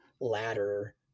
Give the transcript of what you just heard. ladder